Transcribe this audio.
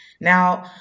Now